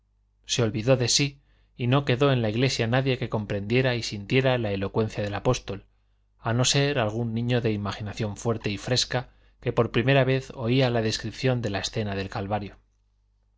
se olvidó de sí y no quedó en la iglesia nadie que comprendiera y sintiera la elocuencia del apóstol a no ser algún niño de imaginación fuerte y fresca que por vez primera oía la descripción de la escena del calvario